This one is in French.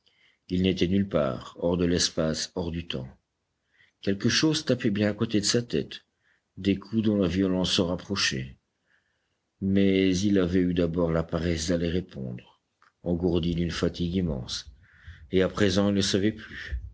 il n'était nulle part hors de l'espace hors du temps quelque chose tapait bien à côté de sa tête des coups dont la violence se rapprochait mais il avait eu d'abord la paresse d'aller répondre engourdi d'une fatigue immense et à présent il ne savait plus